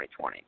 2020